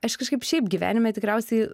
aš kažkaip šiaip gyvenime tikriausiai